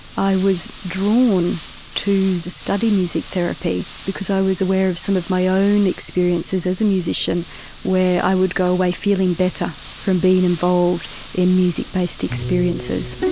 i was drawn to the study of music therapy because i was aware of some of my own experiences as a musician where i would go away feeling better from being involved in music based experiences.